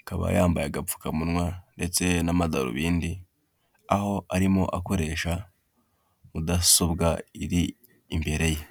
akaba yambaye agapfukamunwa ndetse n'amadarubindi, aho arimo akoresha mudasobwa iri imbere ye.